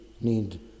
need